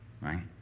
right